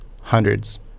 hundreds